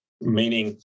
meaning